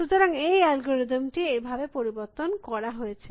সুতরাং এই অ্যালগরিদম টি এভাবে পরিবর্তন করা হয়েছে